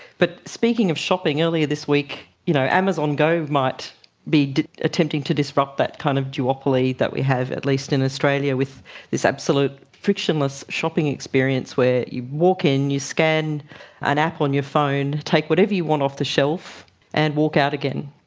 but speaking of shopping, earlier this week you know amazon go might be attempting to disrupt that kind of duopoly that we have, at least in australia, with this absolute frictionless shopping experience where you walk in, you scan an app on your phone, take whatever you want off the shelf and walk out again,